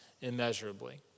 immeasurably